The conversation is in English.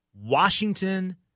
Washington